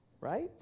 Right